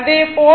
0 6 j 0